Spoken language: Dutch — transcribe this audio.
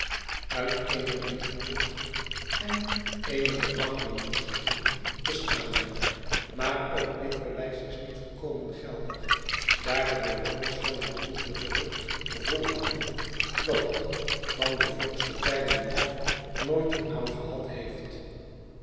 uit eene bierkroeg en eenige dagloonershutten bestaande maar ook dit bewijs is niet volkomen geldig daar de bewoners van het bedoelde gehucht volhouden dat het van de vroegste tijden af nooit een naam gehad heeft